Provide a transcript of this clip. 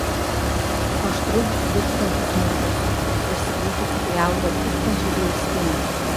aštrus girgždantis smūgis tarsi būtų sugriaudę tūkstančiai griaustinių